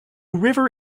river